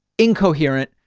incoherent.